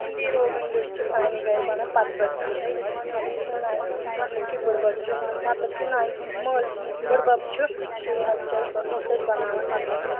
ہٕنٛدی روگن جوش چھُ سانہِ گرِ بَنان پتہٕ وَتہٕ پٮ۪ٹھٕے یُس مےٚ نانٕے ہُنٛد مطلب کہِ بٕڈبب چھُ مطلب کہِ نانہِ ہُنٛد مٲلۍ بٕڈبَب چھُ سُے حظ چھُ اَسہِ گۄڈٕ بَناوان مطلب کہِ